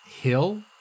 hill